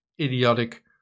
idiotic